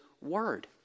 word